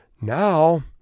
Now